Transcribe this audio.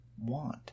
Want